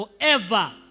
forever